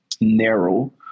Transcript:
narrow